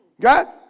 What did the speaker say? God